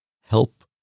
help